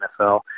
NFL